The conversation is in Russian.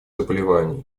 заболеваний